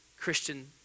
Christian